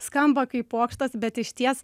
skamba kaip pokštas bet išties